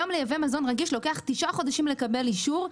היום לייבא מזון רגיש לוקח תשעה חודשים לקבל אישור.